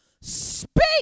speak